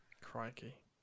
Crikey